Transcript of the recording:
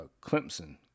Clemson